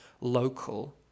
local